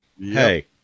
Hey